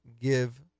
give